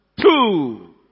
two